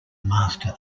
master